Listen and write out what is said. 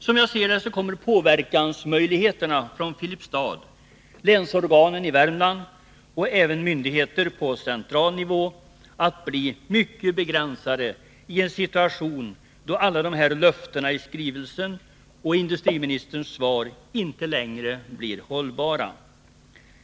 Som jag ser det kommer möjligheterna att påverka för Filipstad, länsorganen i Värmland och även myndigheter på central nivå att bli mycket begränsade i en situation då alla de här löftena i skrivelsen och industriministerns svar inte längre är hållbara.